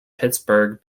pittsburgh